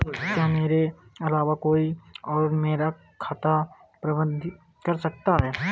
क्या मेरे अलावा कोई और मेरा खाता प्रबंधित कर सकता है?